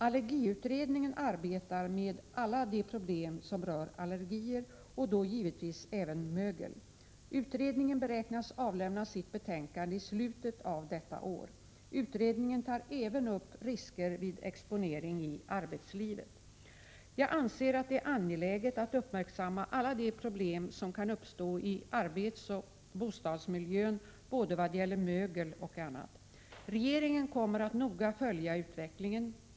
Allergiutredningen arbetar med alla de problem som rör allergier, och då givetvis även mögel. Utredningen beräknas avlämna sitt betänkande i slutet av detta år. Utredningen tar även upp risker vid exponering i arbetslivet. Jag anser att det är angeläget att uppmärksamma alla de problem som kan uppstå i arbetsoch bostadsmiljön både vad gäller mögel och annat. Regeringen kommer att noga följa utvecklingen.